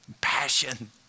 Passion